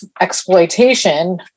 exploitation